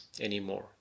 anymore